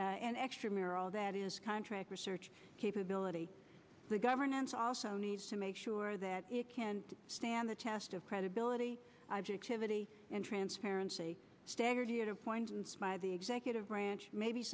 and extramural that is contract research capability the governance also needs to make sure that it can stand the test of credibility activity and transparency staggered appointments my the executive